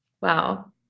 wow